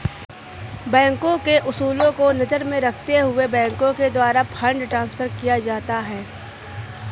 बैंकों के उसूलों को नजर में रखते हुए बैंकों के द्वारा फंड ट्रांस्फर किया जाता है